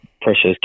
precious